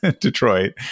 Detroit